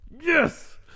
yes